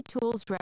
tools